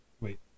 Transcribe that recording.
wait